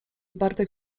bartek